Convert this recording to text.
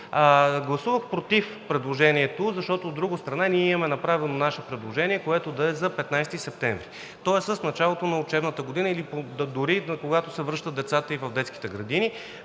Гласувах против предложението, защото, от друга страна, ние имаме направено наше предложение, което да е за 15 септември, тоест с началото на учебната година или дори и когато се връщат децата и в детските градини